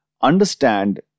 understand